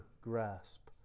grasp